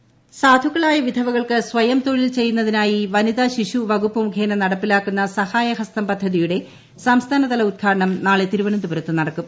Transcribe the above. ശൈലജ സാധുക്കളായ വിധവകൾക്ക് സ്വയം തൊഴിൽ ചെയ്യുന്നതിനായി വനിതാ ശിശു വകുപ്പ് മുഖേന നടപ്പിലാക്കുന്ന സഹായഹസ്തം പദ്ധതിയുടെ സംസ്ഥാനതല ഉദ്ഘാടനം നാളെ തിരുവനന്തപുരത്ത് നടക്കും